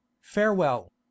Farewell